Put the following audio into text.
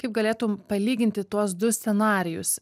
kaip galėtum palyginti tuos du scenarijus